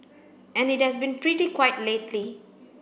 and it has been pretty quiet lately